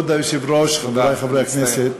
כבוד היושב-ראש, חברי חברי הכנסת,